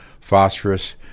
Phosphorus